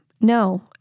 No